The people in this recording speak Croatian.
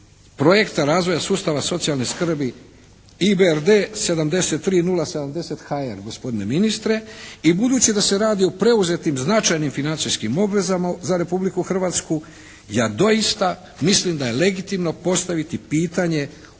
projekta razvoja sustava socijalne skrbi IBRD 73070 HR gospodine ministre i budući da se radi o preuzetim značajnim financijskim obvezama za Republiku Hrvatsku ja doista mislim da je legitimno postaviti pitanje